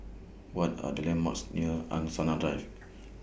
What Are The landmarks near Angsana Drive